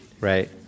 Right